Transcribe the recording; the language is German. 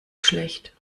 schlecht